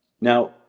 Now